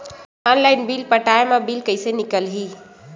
Online bill पटाय मा bill कइसे निकलही?